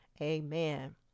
Amen